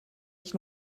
ich